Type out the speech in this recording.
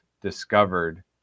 discovered